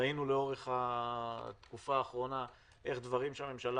ראינו לאורך התקופה האחרונה איך דברים שהממשלה